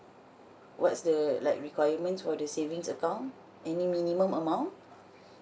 what's the like requirements for the savings account any minimum amount